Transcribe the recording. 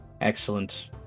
Excellent